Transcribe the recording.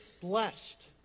blessed